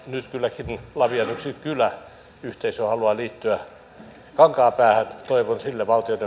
nyt kylläkin yksi lavian kyläyhteisö haluaa liittyä kankaanpäähän